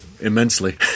immensely